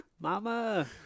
mama